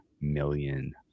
million